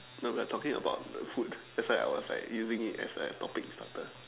no we are talking about the food that's why I was like using as a topic starter